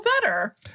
better